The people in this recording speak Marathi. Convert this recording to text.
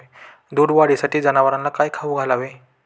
दूध वाढीसाठी जनावरांना काय खाऊ घालावे?